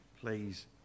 please